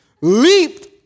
leaped